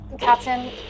Captain